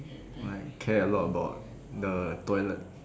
or like care a lot about the toilet